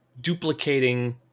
duplicating